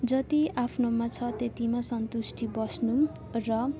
जति आफ्नोमा छ त्यतिमा सन्तुष्टि बस्नु र